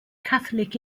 catholic